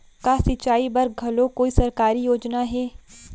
का सिंचाई बर घलो कोई सरकारी योजना हे?